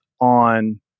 on